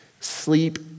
sleep